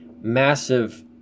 massive